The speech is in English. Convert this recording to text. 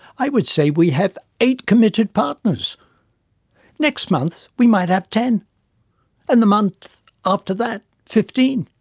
i would say we have eight committed partners next month we might have ten and the month after that fifteen.